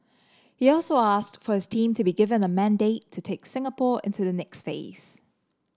he also asked for his team to be given a mandate to take Singapore into the next phase